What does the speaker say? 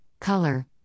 color